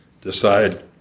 decide